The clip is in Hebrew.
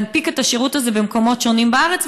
להנפיק את השירות הזה במקומות שונים בארץ.